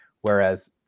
Whereas